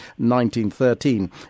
1913